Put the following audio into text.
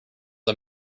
are